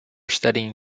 studying